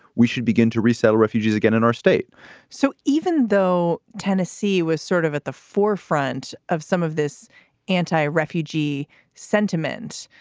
we should begin to resettle refugees again in our state so even though tennessee was sort of at the forefront of some of this anti-refugee sentiments,